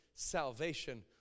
salvation